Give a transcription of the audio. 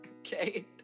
Okay